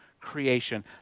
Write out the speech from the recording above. creation